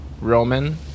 Roman